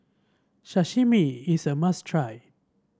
Sashimi is a must try